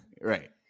Right